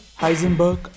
Heisenberg